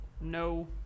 No